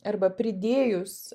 arba pridėjus